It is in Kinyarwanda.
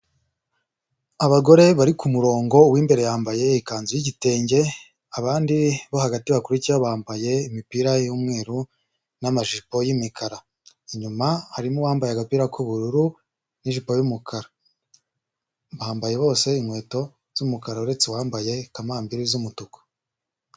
Abagore bari ku murongo uw'imbere yambaye ikanzu y'igitenge abandi bo hagati bakurikiyeho bambaye imipira y'umweru n'amajipo y'imikara, inyuma harimo uwambaye agapira k'ubururu n'ijipo y'umukara, bambaye bose inkweto z'umukara uretse uwambaye kamambiri z'umutuku.